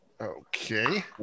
Okay